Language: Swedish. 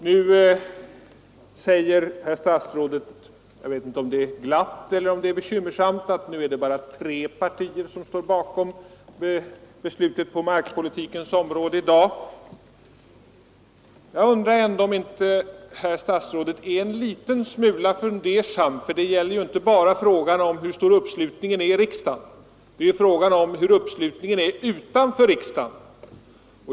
I dag är det, säger herr statsrådet — jag vet inte om han gör det glatt eller bekymrat — bara tre partier som står bakom beslutet på markpolitikens område. Jag undrar om inte herr statsrådet ändå är en liten smula fundersam; det gäller ju inte bara hur stor uppslutningen är i riksdagen — frågan är ju hur stor uppslutningen är utanför riksdagen.